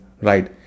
right